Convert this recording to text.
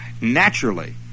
naturally